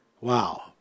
Wow